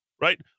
right